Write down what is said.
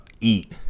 eat